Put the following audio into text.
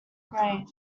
grain